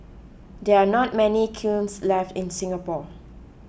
there are not many kilns left in Singapore